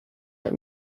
but